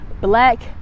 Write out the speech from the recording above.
black